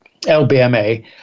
lbma